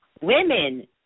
Women